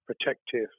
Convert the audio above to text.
protective